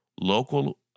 local